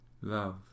love